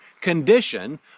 condition